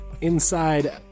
inside